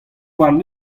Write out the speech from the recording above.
warn